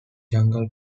jungle